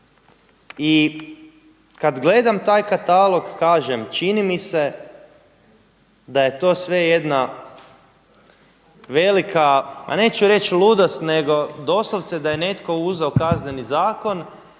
I kada gledam taj katalog kažem čini mi se da je to sve jedna velika, ma neću reći ludost nego doslovce da je netko uzeo kazneni zakon,